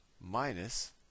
minus